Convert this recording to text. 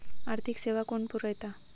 आर्थिक सेवा कोण पुरयता?